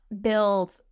build